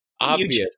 obvious